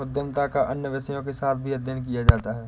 उद्यमिता का अन्य विषयों के साथ भी अध्ययन किया जाता है